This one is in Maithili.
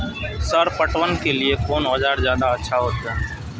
सर पटवन के लीऐ कोन औजार ज्यादा अच्छा होते?